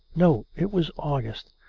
no it was august.